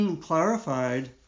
clarified